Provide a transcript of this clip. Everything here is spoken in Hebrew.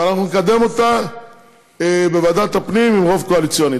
ואנחנו נקדם אותה בוועדת הפנים עם רוב קואליציוני.